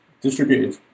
distributed